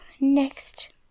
Next